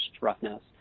roughness